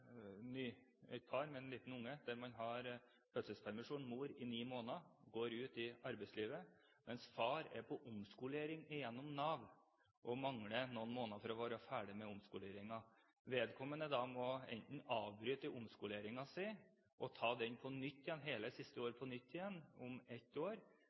med et lite barn, der mor har fødselspermisjon i ni måneder og går ut i arbeidslivet, mens far er på omskolering gjennom Nav og mangler noen måneder på å være ferdig med omskoleringen. Vedkommende må da – hvis han skal gå ut i fødselspermisjon – avbryte omskoleringen og ta hele det siste året på nytt om ett år,